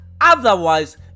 Otherwise